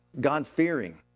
God-fearing